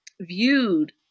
viewed